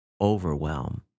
overwhelm